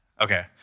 Okay